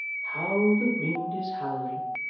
how the wind is howling